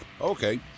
Okay